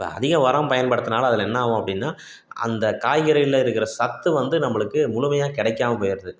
இப்போ அதிகம் உரம் பயன்படுத்துறனால அதில் என்ன ஆகும் அப்படின்னா அந்த காய்கறிகளில் இருக்கிற சத்து வந்து நம்பளுக்கு முழுமையா கிடைக்காம போயிடுது